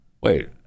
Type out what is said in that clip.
wait